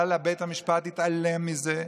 אבל בית המשפט התעלם מזה,